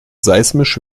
seismisch